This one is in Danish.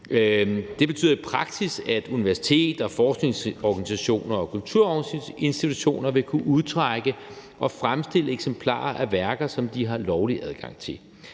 Det betyder i praksis, at universiteter, forskningsorganisationer og kulturinstitutioner vil kunne udtrække og fremstille eksemplarer af værker, som de har lovlig adgang til.